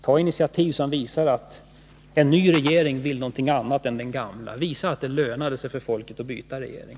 Ta initiativ som visar att rädda sysselsättningen i Skinnskatteberg att den nya regeringen vill någonting annat än den gamla och att det lönade sig för folket att byta regering!